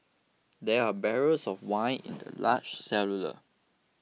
there were barrels of wine in the large cellar